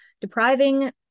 depriving